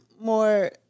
more